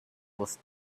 with